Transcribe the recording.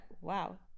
Wow